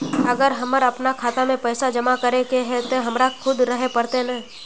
अगर हमर अपना खाता में पैसा जमा करे के है ते हमरा खुद रहे पड़ते ने?